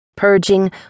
purging